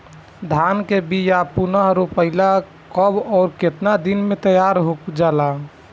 धान के बिया पुनः रोपाई ला कब और केतना दिन में तैयार होजाला?